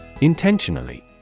Intentionally